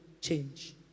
Change